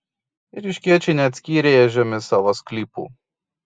ėriškiečiai neatskyrė ežiomis savo sklypų